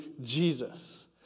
Jesus